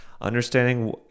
understanding